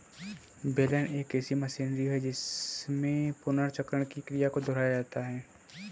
बेलन एक ऐसी मशीनरी है जिसमें पुनर्चक्रण की क्रिया को दोहराया जाता है